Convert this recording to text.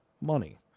Money